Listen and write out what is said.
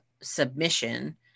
submission